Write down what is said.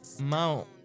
mount